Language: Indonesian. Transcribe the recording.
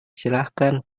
silahkan